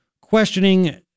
questioning